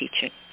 teaching